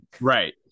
Right